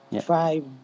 five